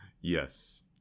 Yes